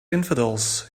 infidels